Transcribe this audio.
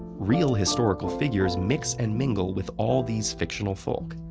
real historical figures mix and mingle with all these fictional folk,